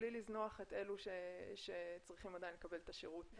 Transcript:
בלי לזנוח את אלו שצריכים עדיין לקבל את השירות.